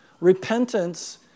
Repentance